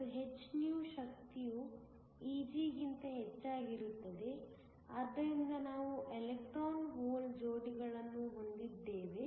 ಮತ್ತು hυ ಶಕ್ತಿಯು Eg ಗಿಂತ ಹೆಚ್ಚಾಗಿರುತ್ತದೆ ಆದ್ದರಿಂದ ನಾವು ಎಲೆಕ್ಟ್ರಾನ್ ಹೋಲ್ ಜೋಡಿಗಳನ್ನು ಹೊಂದಿದ್ದೇವೆ